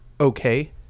okay